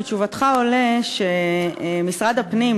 מתשובתך עולה שמשרד הפנים,